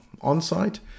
on-site